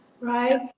Right